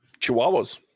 Chihuahuas